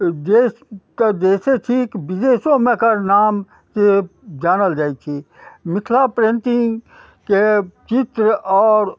देश तऽ देशे थिक विदेशोमे एकर नाम जानल जाइ छै मिथिला पेन्टिंगके चित्र आओर